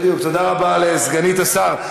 תודה רבה לסגנית השר.